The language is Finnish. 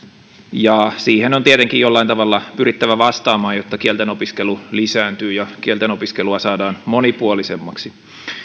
siihen on tietenkin jollain tavalla pyrittävä vastaamaan jotta kielten opiskelu lisääntyy ja kielten opiskelua saadaan monipuolisemmaksi